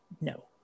No